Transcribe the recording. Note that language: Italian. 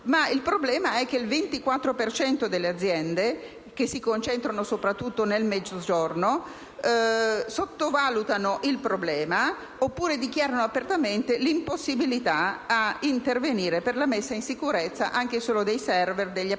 Ma il problema è che il 24 per cento delle aziende, che si concentra soprattutto nel Mezzogiorno, sottovaluta il problema oppure dichiara apertamente l'impossibilità ad intervenire per la messa in sicurezza anche solo dei *server*, degli apparati